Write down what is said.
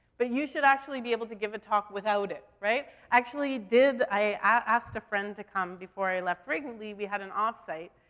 but you should actually be able to give a talk without it, right? actually did, i a asked a friend to come before i left wrigley, we had an offsite,